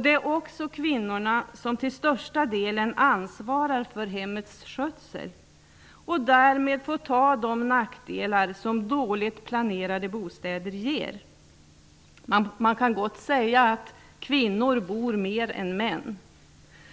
Det är också kvinnorna som till största delen ansvarar för hemmets skötsel och som får ta de nackdelar som dåligt planerade bostäder ger. Man kan gott säga att kvinnor bor mer än män.